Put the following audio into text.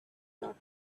dot